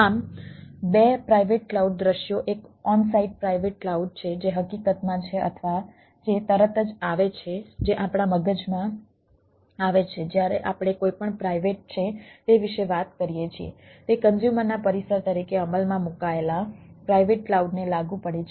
આમ બે private cloud દૃશ્યો એક ઓન સાઇટ પ્રાઇવેટ ક્લાઉડ છે જે હકીકતમાં છે અથવા જે તરત જ આવે છે જે આપણા મગજમાં આવે છે જ્યારે આપણે કોઈપણ પ્રાઇવેટ છે તે વિશે વાત કરીએ છીએ તે કન્ઝ્યુમરના પરિસર તરીકે અમલમાં મૂકાયેલા પ્રાઇવેટ કલાઉડને લાગુ પડે છે